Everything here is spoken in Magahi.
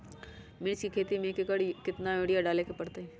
मिर्च के खेती में एक एकर में कितना यूरिया डाले के परतई?